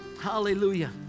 Hallelujah